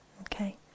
Okay